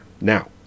Now